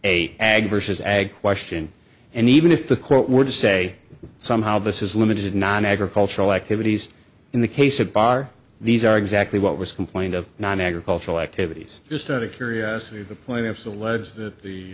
ag versus ag question and even if the court were to say somehow this is limited nonagricultural activities in the case of bar these are exactly what was complained of nonagricultural activities just out of curiosity of the plaintiffs alleges that the